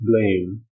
blame